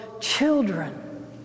children